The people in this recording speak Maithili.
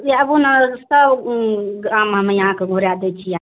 आबू ने सब गाम हम्मे अहाँके घूराय दै छी